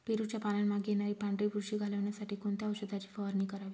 पेरूच्या पानांमागे येणारी पांढरी बुरशी घालवण्यासाठी कोणत्या औषधाची फवारणी करावी?